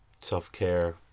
self-care